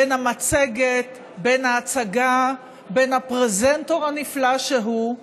בין המצגת, בין ההצגה, בין הפרזנטור הנפלא שהוא,